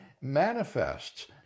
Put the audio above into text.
manifests